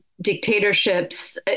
dictatorships